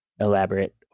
elaborate